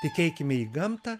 tikėkime į gamtą